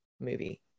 movie